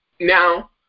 Now